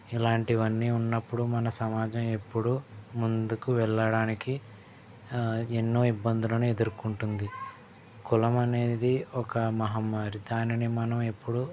ఇలాంటివి అన్నీ ఉన్నప్పుడు మన సమాజం ఎప్పుడు ముందుకు వెళ్ళడానికి ఎన్నో ఇబ్బందులను ఎదుర్కొంటుంది కులం అనేది ఒక మహమ్మారి దానిని మనం ఎప్పుడు